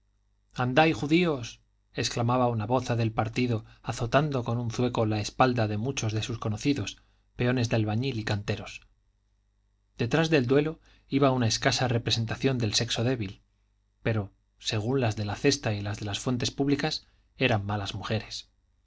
anday judíos exclamaba una moza del partido azotando con un zueco la espalda de muchos de sus conocidos peones de albañil y canteros detrás del duelo iba una escasa representación del sexo débil pero según las de la cesta y las de las fuentes públicas eran malas mujeres